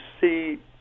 see